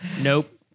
Nope